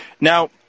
Now